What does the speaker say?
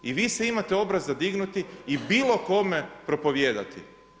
I vi se imate obraza dignuti i bilo kome propovijedati.